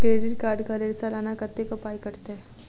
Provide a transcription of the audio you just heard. Credit card कऽ लेल सलाना कत्तेक पाई कटतै?